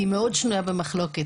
היא מאוד שנויה במחלקות.